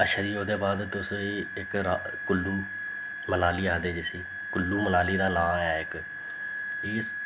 अच्छा जी ओह्दे बाद तुस एह् इक कुल्लू मनाली आखदे जिसी कुल्लू मनाली दा नांऽ ऐ इक ही